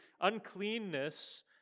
uncleanness